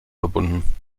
verbunden